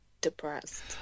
depressed